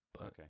Okay